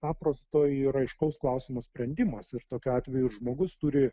paprasto ir aiškaus klausimo sprendimas ir tokiu atveju žmogus turi